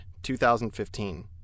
2015